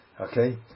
Okay